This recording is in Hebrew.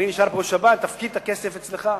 אני נשאר פה שבת, תפקיד את הכסף אצלך,